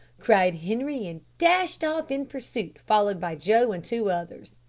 cried henri, and dashed off in pursuit, followed by joe and two others.